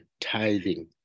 tithing